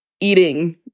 eating